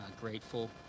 grateful